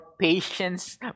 patience